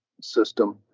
system